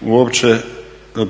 uopće